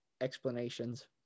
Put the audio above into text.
explanations